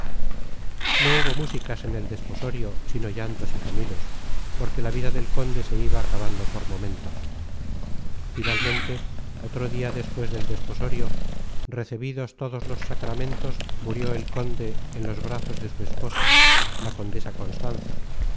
no hubo músicas en el desposorio sino llantos y gemidos porque la vida del conde se iba acabando por momentos finalmente otro dia despues del desposorio recebidos todos los sacramentos murió el conde en los brazos de su esposa la condesa constanza